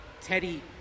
Teddy